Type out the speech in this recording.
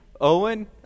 Owen